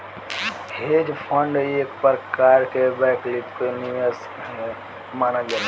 hedge fund एक प्रकार के वैकल्पिक निवेश के मानल जाला